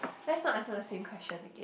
let's not answer the same question again